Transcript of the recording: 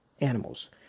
animals